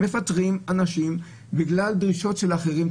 מפטרים אנשים בגלל דרישות של אחרים.